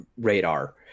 radar